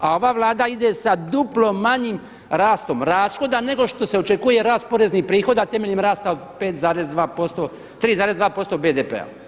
A ova Vlada ide sa duplo manjim rastom rashoda nego što se očekuje rast poreznih prihoda temeljem rasta 5,2, 3,2% BDP-a.